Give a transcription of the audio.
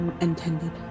Intended